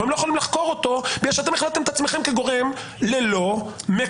הם לא יכולים לחקור אותו בגלל שאתם הכנסתם